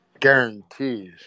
guarantees